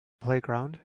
playground